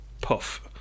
puff